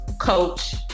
coach